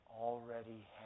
already